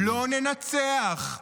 לא ננצח,